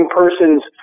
person's